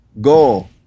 go